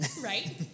Right